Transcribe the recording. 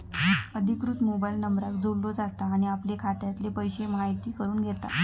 अधिकृत मोबाईल नंबराक जोडलो जाता आणि आपले खात्यातले पैशे म्हायती करून घेता